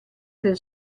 del